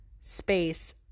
Space